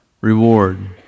reward